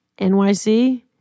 NYC